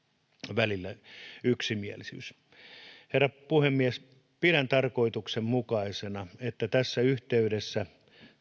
välillä yksimielisyys herra puhemies pidän tarkoituksenmukaisena että tässä yhteydessä